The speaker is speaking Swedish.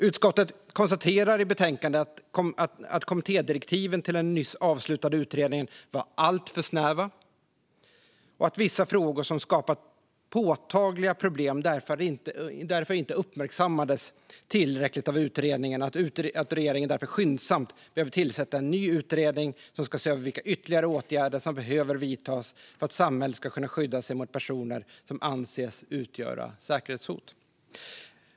Utskottet konstaterar i betänkandet att kommittédirektiven till den nyss avslutade utredningen var alltför snäva och att vissa frågor som skapat påtagliga problem därför inte uppmärksammades tillräckligt av utredningen och att regeringen därför skyndsamt behöver tillsätta en ny utredning som ska se över vilka ytterligare åtgärder som behöver vidtas för att samhället ska kunna skydda sig mot personer som anses utgöra säkerhetshot.